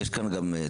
יש כאן תופעה,